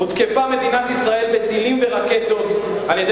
הותקפה מדינת ישראל בטילים ורקטות על-ידי